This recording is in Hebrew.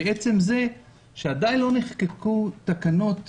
גם עדיין לא נחקקו תקנות